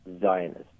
Zionist